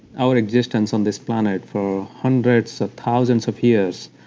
our existence on this planet for hundreds of thousands of years,